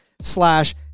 slash